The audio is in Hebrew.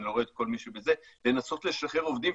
אני לא רואה את כל מי שבזום לנסות לשחרר עובדים,